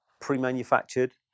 pre-manufactured